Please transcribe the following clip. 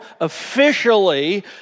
officially